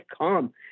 come